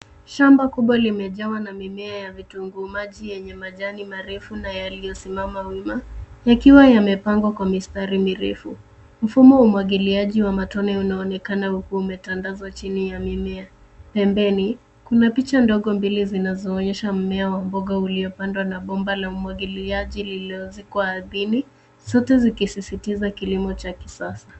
SHamba kubwa limejawa na mimea ya vitunguumaji yenye majani marefu na yaliyosimama wima yakiwa yamepangwa kwa mistari mirefu. Mfumo wa umwagiliaji wa matone unaonekana huku umetandandazwa chini ya mimea. Pembeni, kuna picha ndogo mbili zinazoonyesha mmea wa mboga uliopandwa na bomba la umwagiliaji uliozikwa ardhini, zote zikisisitiza kilimo cha kisasa.